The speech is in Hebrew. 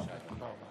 ראש